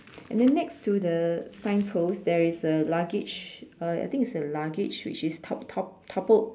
and then next to the sign post there is a luggage uh I think it's a luggage which is top~ top~ toppled